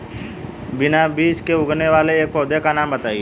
बिना बीज के उगने वाले एक पौधे का नाम बताइए